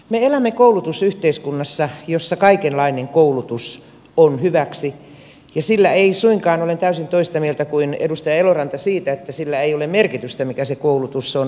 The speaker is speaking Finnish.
me elämme koulutusyhteiskunnassa jossa kaikenlainen koulutus on hyväksi ja olen täysin toista mieltä kuin edustaja eloranta siitä että sillä ei ole merkitystä mikä se koulutus on